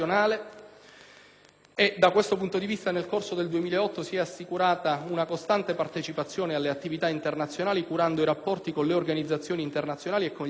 e da questo punto di vista, nel corso del 2008, si è assicurata una costante partecipazione alle attività internazionali curando i rapporti con le organizzazioni internazionali e con gli altri Stati.